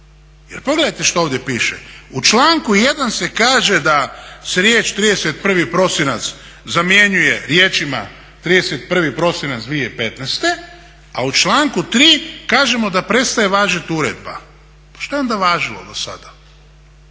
pogledajte što ovdje piše, u članku 1. se kaže da se riječ 31. prosinac zamjenjuje riječima 31. prosinac 2015., a u članku 3. kažemo da prestaje važiti uredba. Pa što je onda važilo dosada?